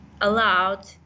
allowed